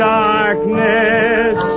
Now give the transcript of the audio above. darkness